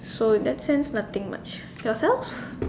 so that sense nothing much yourself